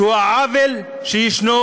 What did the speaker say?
שהוא העוול שישנו